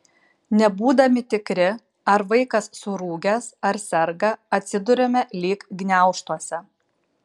nebūdami tikri ar vaikas surūgęs ar serga atsiduriame lyg gniaužtuose